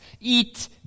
eat